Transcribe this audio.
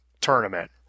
tournament